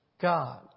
God